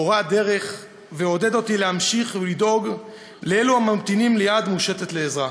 הורה דרך ועודד אותי להמשיך ולדאוג לאלו הממתינים ליד מושטת לעזרה.